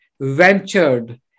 ventured